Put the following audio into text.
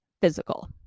physical